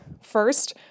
First